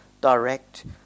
direct